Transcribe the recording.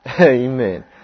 Amen